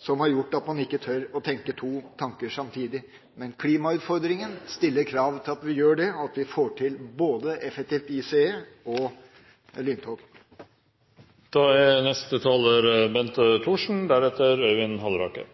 som har gjort at man ikke tør å tenke to tanker samtidig. Klimautfordringene stiller krav til at vi gjør det: at vi får til både effektivt ICE-nett og lyntog. Det mangler jammen ikke på vyer og drømmer når det gjelder samferdsel, men det er